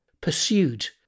pursued